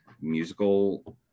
musical